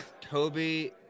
Toby